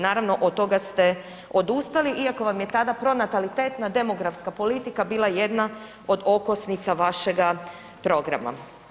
Naravno, od toga ste odustali, iako vam je tada pronatalitetna demografska politika bila jedna od okosnica vašega programa.